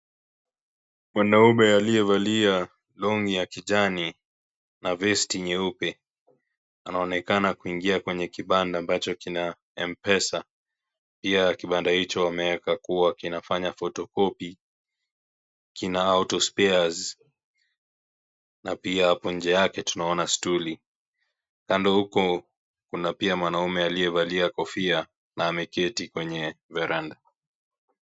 Mwanaume aliyevalia longi ya kijani na vesti nyeupe anaonekana kuingia kwenye kibanda ambacho kina M-pesa pia kibanda hicho wameweka kuwa kinafanya photocopy kina auto spairs na pia kwa nje yake tunaona stuli kando huko kuna pia mwanaume aliyevalia kofia na ameketi kwenye veranda.